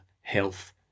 Health